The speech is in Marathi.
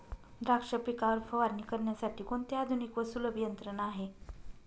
द्राक्ष पिकावर फवारणी करण्यासाठी कोणती आधुनिक व सुलभ यंत्रणा आहे?